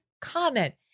comment